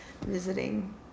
visiting